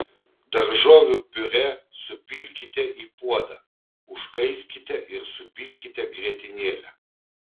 daržovių piurė supilkite į puodą užkaiskite ir supilkite grietinėlę